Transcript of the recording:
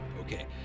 okay